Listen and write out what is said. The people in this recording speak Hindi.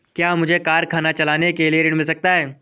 क्या मुझे कारखाना चलाने के लिए ऋण मिल सकता है?